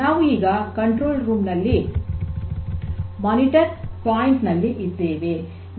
ನಾವು ಈಗ ನಿಯಂತ್ರಣ ಕೊಠಡಿಯಲ್ಲಿ ಮೇಲ್ವಿಚಾರಣೆ ಪಾಯಿಂಟ್ ನಲ್ಲಿ ಇದ್ದೇವೆ